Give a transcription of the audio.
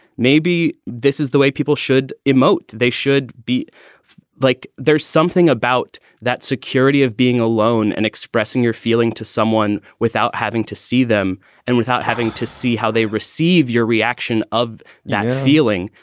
maybe this is the way people should emote. they should be like there's something about that security of being alone and expressing your feelings to someone without having to see them and without having to see how they receive your reaction of not feeling.